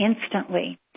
instantly